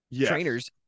trainers